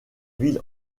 ville